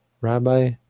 rabbi